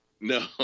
No